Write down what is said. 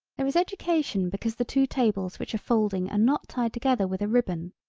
there is education because the two tables which are folding are not tied together with a ribbon,